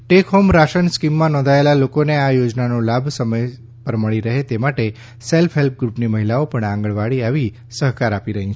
tech home ration સ્કીમમાં નોધાયલા લોકોને આ યોજનાનો લાભ સમય ઉપર મળી શકે આ માટે સેલ્ફ હેલ્પ ગ્રુપની મહિલાઓ પણ આંગણવાડી આવી સહકાર આપી રહી છે